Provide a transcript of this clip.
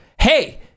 Hey